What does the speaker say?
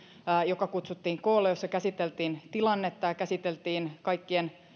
joka kutsuttiin koolle ja jossa käsiteltiin tilannetta ja käsiteltiin kaikkien